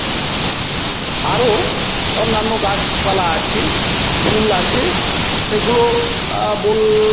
আরও অন্যান্য গাছপালা আছে ফুল আছে সেগুলো বললাম না